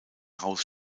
house